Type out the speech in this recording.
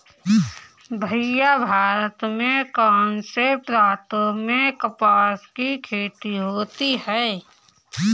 भैया भारत के कौन से प्रांतों में कपास की खेती होती है?